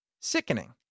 Sickening